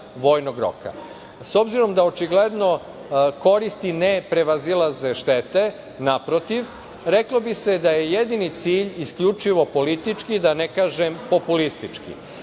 vojnog roka?S obzirom da očigledno koristi ne prevazilaze štete, naprotiv, reklo bi se da je jedini cilj isključivo politički, da ne kažem populistički.